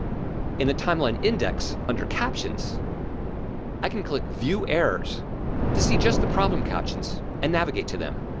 in the timeline index, under captions i can click view errors to see just the problem captions and navigate to them.